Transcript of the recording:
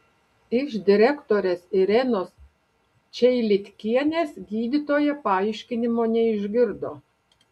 iš direktorės irenos čeilitkienės gydytoja paaiškinimo neišgirdo